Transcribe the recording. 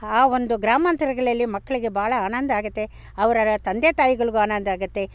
ಆ ಒಂದು ಗ್ರಾಮಾಂತರಗಳಲ್ಲಿ ಮಕ್ಕಳಿಗೆ ಬಹಳ ಆನಂದ ಆಗುತ್ತೆ ಅವರ ತಂದೆ ತಾಯಿಗಳಿಗೂ ಆನಂದ ಆಗುತ್ತೆ